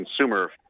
consumer